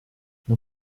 non